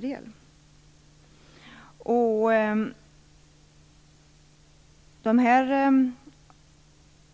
De